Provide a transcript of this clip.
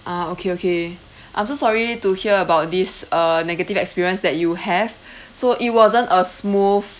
ah okay okay I'm so sorry to hear about this uh negative experience that you have so it wasn't a smooth